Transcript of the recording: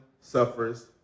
Suffers